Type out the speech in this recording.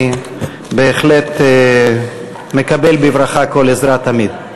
אני בהחלט מקבל בברכה כל עזרה תמיד.